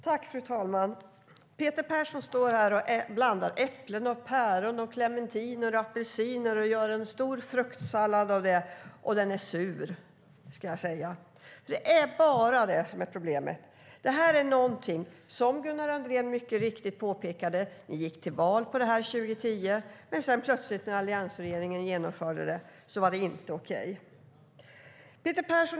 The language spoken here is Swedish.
Fru talman! Peter Persson står här i talarstolen och blandar äpplen, päron, clementiner och apelsiner och gör en stor fruktsallad av det. Och den är sur, ska jag säga. Det är bara sänkningen av hotell och restaurangmomsen som är problemet. Gunnar Andrén påpekade mycket riktigt att ni gick till val på det här 2010, men när alliansregeringen genomförde det var det plötsligt inte okej.